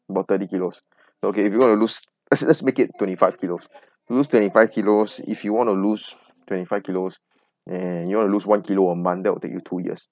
about thirty kilos okay if you wanna lose let's let's lets make it twenty five kilos lose twenty five kilos if you want to lose twenty five kilos and you wanna lose one kilo a month that will take you two years